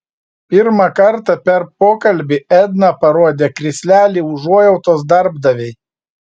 pirmą kartą per pokalbį edna parodė krislelį užuojautos darbdavei